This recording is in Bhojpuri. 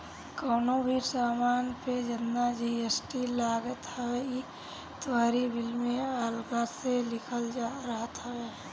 कवनो भी सामान पे जेतना जी.एस.टी लागत हवे इ तोहरी बिल में अलगा से लिखल रहत हवे